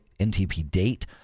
ntpdate